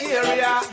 area